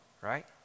right